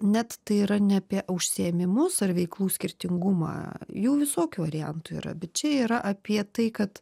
net tai yra ne apie užsiėmimus ar veiklų skirtingumą jų visokių variantų yra bet čia yra apie tai kad